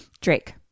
Drake